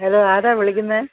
hello ആരാ വിളിക്കുന്നത്